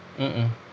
mmhmm